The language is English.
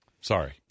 Sorry